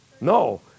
No